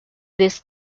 this